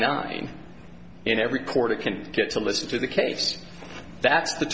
nine in every quarter can get to listen to the case that's the